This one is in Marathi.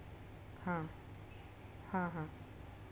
हां हां हां